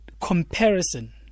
comparison